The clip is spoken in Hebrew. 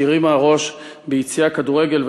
שהרימה ראש ביציעי הכדורגל,